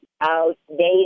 outdated